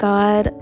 God